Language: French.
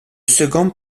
second